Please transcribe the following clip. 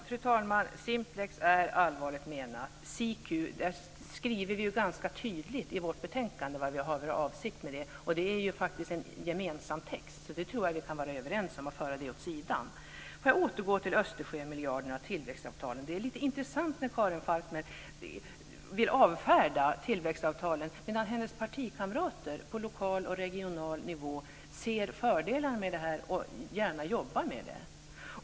Fru talman! Simplex är allvarligt menat. Vi skriver ganska tydligt i vårt betänkande vad vi har för avsikt med det, och det är faktiskt en gemensam text. Jag tror att vi kan vara överens om och föra den åt sidan. För att återgå till Östersjömiljarden och tillväxtavtalen: Det är lite intressant att Karin Falkmer vill avfärda tillväxtavtalen, medan hennes partikamrater på lokal och regional nivå ser fördelar med det och gärna jobbar med det.